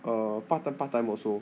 uh part time part time also